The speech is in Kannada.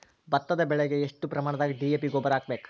ಭತ್ತದ ಬೆಳಿಗೆ ಎಷ್ಟ ಪ್ರಮಾಣದಾಗ ಡಿ.ಎ.ಪಿ ಗೊಬ್ಬರ ಹಾಕ್ಬೇಕ?